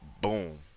Boom